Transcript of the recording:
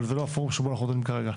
אבל זה לא הפורום שבו אנחנו דנים כרגע.